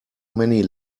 many